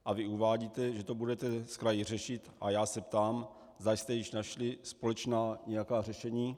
A vy uvádíte, že to budete s kraji řešit, a já se ptám, zda jste již našli společná nějaká řešení.